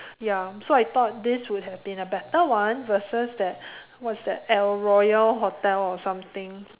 ya so I thought this would have been a better one versus that what's that el-royale hotel or something